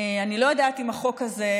אני לא יודעת אם החוק הזה,